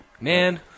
Man